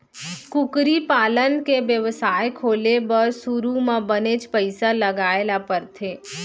कुकरी पालन के बेवसाय खोले बर सुरू म बनेच पइसा लगाए ल परथे